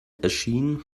erschien